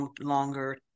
longer